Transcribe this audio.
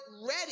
ready